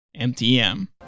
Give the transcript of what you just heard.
MTM